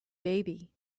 baby